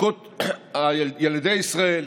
ילדי ישראל,